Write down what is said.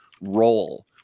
role